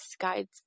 guides